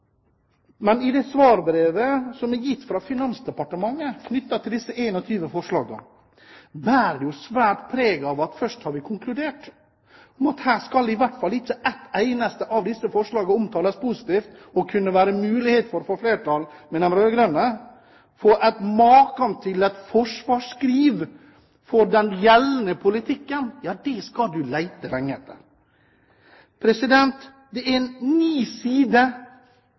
det svarbrevet som er gitt fra Finansdepartementet om disse 21 forslagene, bærer jo svært preg av at først har man konkludert – her skal i hvert fall ikke ett eneste av disse forslagene omtales positivt og kunne gi mulighet for å få til et flertall med de rød-grønne. Maken til forsvarsskriv for den gjeldende politikken skal man lete lenge etter! Det er